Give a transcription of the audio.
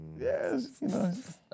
Yes